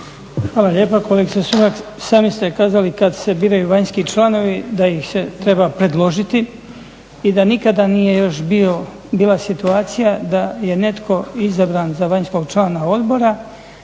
Hvala lijepa. Kolegice Sumrak, sami ste kazali kad se biraju vanjski članovi da ih se treba predložiti i da nikada nije još bila situacija da je netko izabran za vanjskog člana odbora,